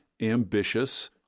ambitious